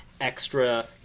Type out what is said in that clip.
extra